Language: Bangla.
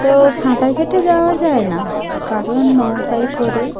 তো সাঁতার কেটে যাওয়া যায় না কারুর নৌকায় করে